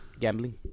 Gambling